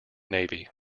navy